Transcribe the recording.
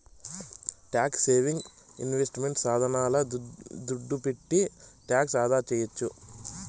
tax saving investment సాధనాల దుడ్డు పెట్టి టాక్స్ ఆదాసేయొచ్చు